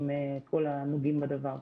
עם כל הנוגעים בדבר.